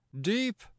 deep